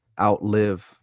outlive